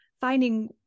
finding